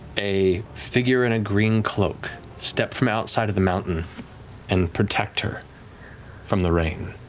a figure in a green cloak step from outside of the mountain and protect her from the rain.